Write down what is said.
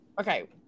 Okay